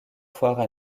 foires